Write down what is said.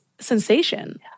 sensation